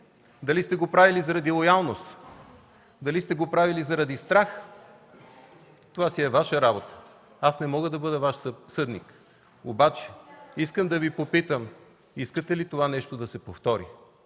дали сте го правили заради лоялност, дали сте го правили заради страх, това си е Ваша работа, аз не мога да бъда Ваш съдник, обаче искам да Ви попитам: искате ли това нещо да се повтори?